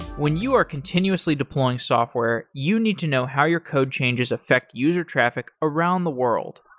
when you are continuously deploying software, you need to know how your code changes affect user traffic around the world.